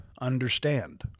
understand